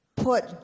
...put